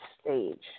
stage